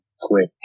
quick